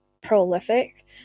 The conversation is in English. prolific